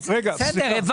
בסדר.